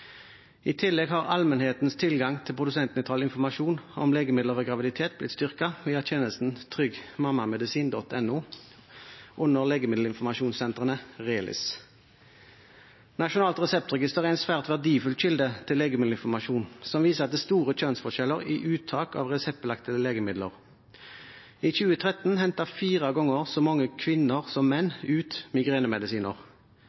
I tillegg har allmennhetens tilgang til produsentnøytral informasjon om legemidler ved graviditet blitt styrket via tjenesten tryggmammamedisin.no. under legemiddelinformasjonssentrene RELIS. Nasjonalt reseptregister er en svært verdifull kilde til legemiddelinformasjon, som viser at det er store kjønnsforskjeller i uttak av reseptbelagte legemidler. I 2013 hentet fire ganger så mange kvinner som menn ut migrenemedisiner.